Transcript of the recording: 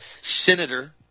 senator